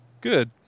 Good